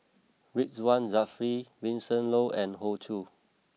Ridzwan Dzafir Vincent Leow and Hoey Choo